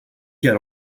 get